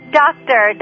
doctor